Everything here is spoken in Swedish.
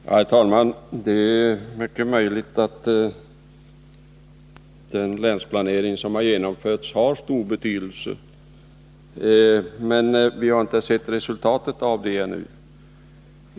Herr talman! Det är mycket möjligt att den länsplanering som genomförts har stor betydelse, men vi har inte sett resultatet än.